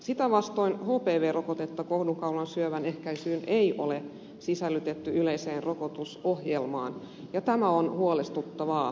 sitä vastoin hpv rokotetta kohdunkaulansyövän ehkäisyyn ei ole sisällytetty yleiseen rokotusohjelmaan ja tämä on huolestuttavaa